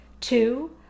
Two